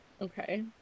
okay